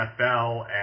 NFL